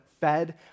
fed